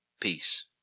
peace